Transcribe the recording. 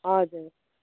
हजुर